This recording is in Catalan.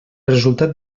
resultat